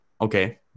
okay